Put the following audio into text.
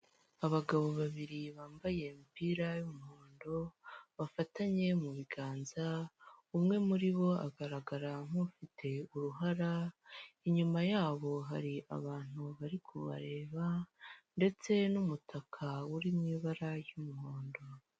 Abagabo babiri bambaye imipira y'umuhondo bafatanye mu biganza, umwe muri bo agaragara nk'ufite uruhara, inyuma yabo hari abantu bari kubareba ndetse n'umutaka uri mu ibara ry'umuhondo.